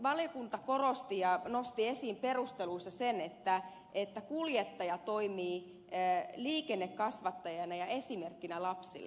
valiokunta korosti ja nosti esiin perusteluissa sen että kuljettaja toimii liikennekasvattajana ja esimerkkinä lapsille